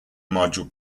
module